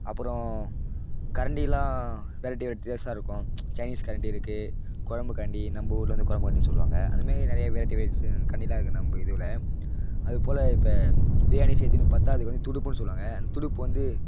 அப்புறம் கரண்டியெலாம் வெரைட்டி வெரைட்டிஸ்ஸாக இருக்கும் சைனீஸ் கரண்டி இருக்குது குழம்பு கரண்டி நம்ம ஊரில் வந்து குழம்பு கரண்டினு சொல்லுவாங்க அதை மாரி நிறைய வெரைட்டி வெரைட்டிஸ்ஸு கரண்டியெலாம் இருக்குது நம்ம இதுவில் அதுபோல் இப்போ பிரியாணி செய்கிறத்துக்குன்னு பார்த்தா அது வந்து துடுப்புனு சொல்லுவாங்க அந்த துடுப்பு வந்து